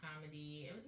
comedy